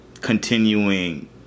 continuing